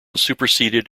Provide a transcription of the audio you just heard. superseded